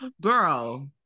girl